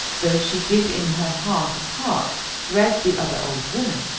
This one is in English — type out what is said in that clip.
though she did in her heart of hearts dread the other old woman,